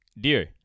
dear